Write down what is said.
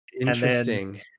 interesting